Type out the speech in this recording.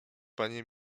panie